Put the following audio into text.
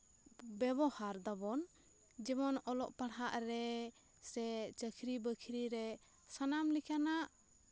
ᱵᱮᱵᱚᱦᱟᱨ ᱫᱟᱵᱚᱱ ᱡᱮᱢᱚᱱ ᱚᱞᱚᱜ ᱯᱟᱲᱦᱟᱜ ᱨᱮ ᱥᱮ ᱪᱟ ᱠᱨᱤ ᱵᱟᱠᱨᱤ ᱨᱮ ᱥᱟᱱᱟᱢ ᱞᱮᱠᱟᱱᱟᱜ